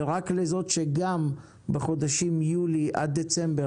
ורק לזאת שגם בחודשים יולי עד דצמבר